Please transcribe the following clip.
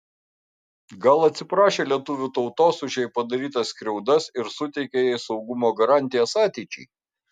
gal atsiprašė lietuvių tautos už jai padarytas skriaudas ir suteikė jai saugumo garantijas ateičiai